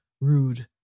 rude